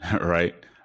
Right